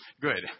good